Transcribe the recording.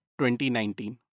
2019